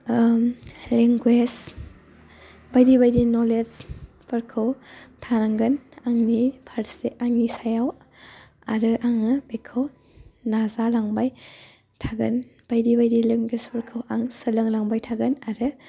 language बायदि बायदि नलेजफोरखौ थानांगोन आंनि सायाव आरो आङो बेखौ नाजालांबाय थागोन बायदि बायदि लेंगुवेजफोरखौ आं सोलोंलांबाय थागोन आरो